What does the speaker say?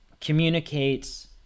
communicates